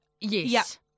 Yes